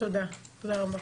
תודה רבה.